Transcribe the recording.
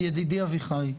ידידי אביחי,